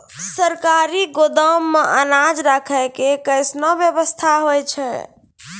सरकारी गोदाम मे अनाज राखै के कैसनौ वयवस्था होय छै?